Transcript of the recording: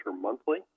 monthly